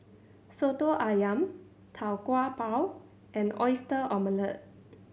Soto Ayam Tau Kwa Pau and Oyster Omelette